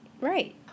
Right